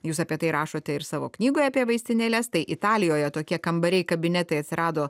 jūs apie tai rašote ir savo knygoje apie vaistinėles tai italijoje tokie kambariai kabinetai atsirado